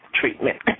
treatment